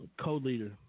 co-leader